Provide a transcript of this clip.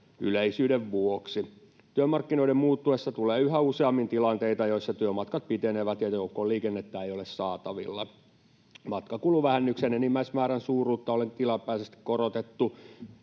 yleisyyden vuoksi. Työmarkkinoiden muuttuessa tulee yhä useammin tilanteita, joissa työmatkat pitenevät ja joukkoliikennettä ei ole saatavilla. Matkakuluvähennyksen enimmäismäärän suuruutta on tilapäisesti korotettu